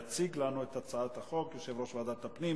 יציג לנו את הצעת החוק יושב-ראש ועדת הפנים